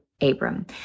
Abram